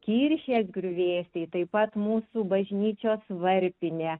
kirchės griuvėsiai taip pat mūsų bažnyčios varpinė